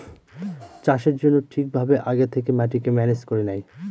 চাষের জন্য ঠিক ভাবে আগে থেকে মাটিকে ম্যানেজ করে নেয়